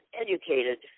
educated